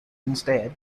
instead